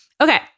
Okay